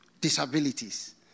disabilities